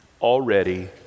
Already